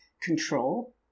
control